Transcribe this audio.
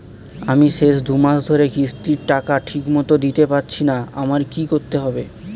আমি শেষ দুমাস ধরে কিস্তির টাকা ঠিকমতো দিতে পারছিনা আমার কি করতে হবে?